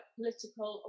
political